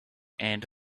and